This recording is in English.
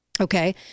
Okay